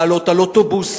לעלות על אוטובוסים,